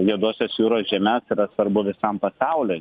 juodosios jūros žemės yra svarbu visam pasauliui